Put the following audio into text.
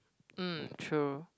hmm true